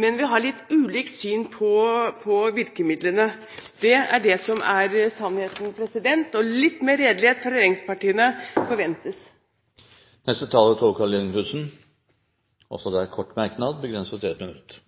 men vi har litt ulikt syn på virkemidlene. Det er det som er sannheten. Og litt mer redelighet fra regjeringspartiene forventes. Tove Karoline Knutsen har hatt ordet to ganger og får ordet til en kort merknad, begrenset til 1 minutt.